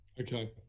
Okay